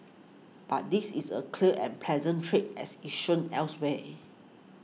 but this is a clear and present threat as it's shown elsewhere